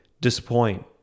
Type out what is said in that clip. disappoint